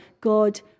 God